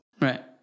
Right